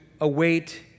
await